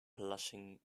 blushing